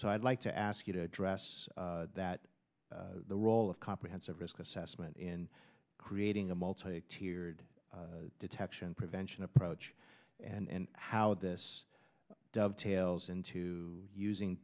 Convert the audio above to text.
so i'd like to ask you to address that the role of comprehensive risk assessment in creating a multi tiered detection prevention approach and how this dovetails into using